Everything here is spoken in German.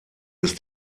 ist